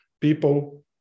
People